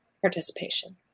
participation